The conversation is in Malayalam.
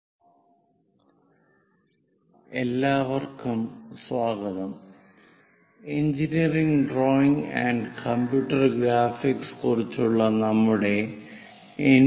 കോണിക് സെക്ഷൻസ് - XII എല്ലാവർക്കും സ്വാഗതം engineering drawing and computer graphics കുറിച്ചുള്ള നമ്മുടെ എൻ